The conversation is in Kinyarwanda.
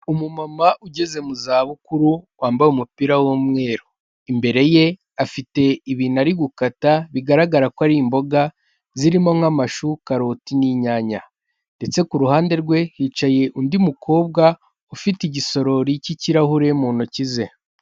Umumama ugeze mu zabukuru wambaye umupira w'umweru, imbere ye afite ibintu ari gukata bigaragara ko ari imboga, zirimo nk'amashu karoti n'inyanya ndetse ku ruhande rwe hicaye undi mukobwa ufite igisorori cy'ikirahure mu ntoki ze.